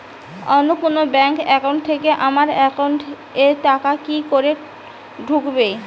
অন্য কোনো bank account থেকে আমার একাউন্ট এ টাকা কি করে ঢুকবে?